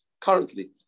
currently